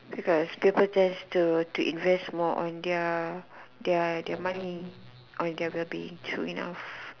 because people tends to take invest more of their money true enough